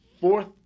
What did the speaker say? fourth